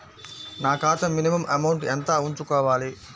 నా ఖాతా minimum amount ఎంత ఉంచుకోవాలి?